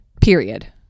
period